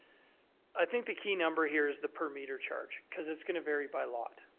i think the key number here is the per metre charge because it's going to vary by lot.